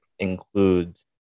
includes